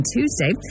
Tuesday